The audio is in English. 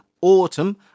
Autumn